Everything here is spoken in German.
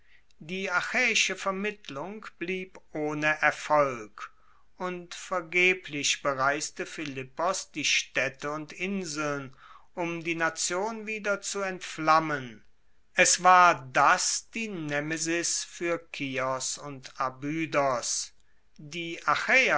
die achaeische vermittlung blieb ohne erfolg und vergeblich bereiste philippos die staedte und inseln um die nation wieder zu entflammen es war das die nemesis fuer kios und abydos die